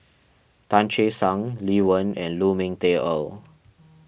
Tan Che Sang Lee Wen and Lu Ming Teh Earl